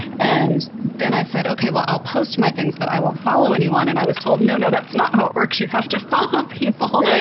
and then i said, okay, well i'll post my things, but i won't follow anyone. and i was told, no, no, that's not how it works. you have to follow people.